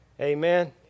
Amen